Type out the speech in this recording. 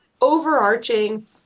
overarching